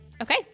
Okay